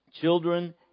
Children